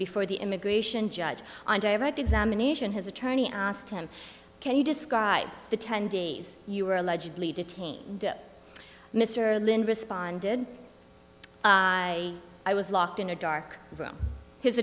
before the immigration judge on direct examination his attorney asked him can you describe the ten days you were allegedly detained mr lindh responded i i was locked in a dark room his